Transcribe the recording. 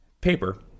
paper